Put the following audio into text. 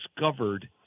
discovered